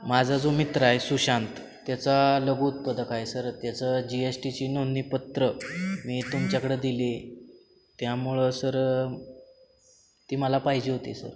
माझा जो मित्र आहे सुशांत त्याचा लघुउत्पादक आहे सर त्याचं जी एस टीची नोंदणीपत्र मी तुमच्याकडं दिली त्यामुळं सर ती मला पाहिजे होती सर